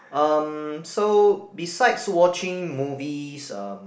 um so besides watching movies um